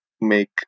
make